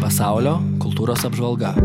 pasaulio kultūros apžvalga